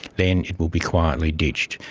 then it will be quietly ditched.